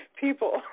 people